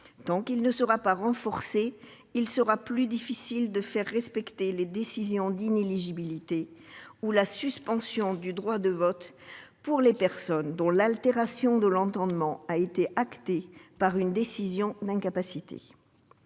contrôle ne sera pas renforcé, il sera plus difficile de faire respecter les décisions d'inéligibilité ou la suspension du droit de vote pour les personnes dont l'altération de l'entendement a été reconnue par une décision d'incapacité.